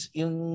yung